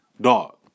Dog